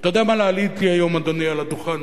ואתה יודע למה עליתי היום, אדוני, על הדוכן?